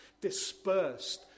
dispersed